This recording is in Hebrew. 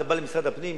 אתה בא למשרד הפנים?